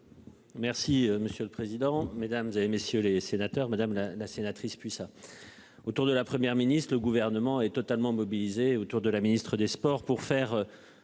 Merci monsieur le président, Mesdames, et messieurs les sénateurs. Madame la la sénatrice puis ça. Autour de la Première ministre, le gouvernement est totalement mobilisé autour de la ministre des Sports pour faire